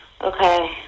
Okay